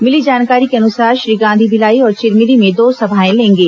मिली जानकारी के अनुसार श्री गांधी भिलाई और चिरमिरी में दो सभाएं लेंगे